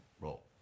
Roll